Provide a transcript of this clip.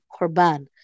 korban